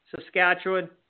Saskatchewan